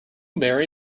marry